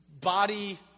Body